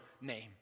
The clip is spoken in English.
name